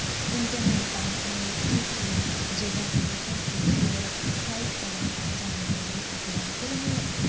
internet banking में एक ही जगह खाता से जुड़ल हर तरह क जानकारी उपलब्ध रहेला